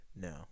No